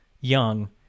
young